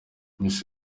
miss